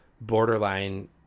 borderline